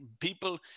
people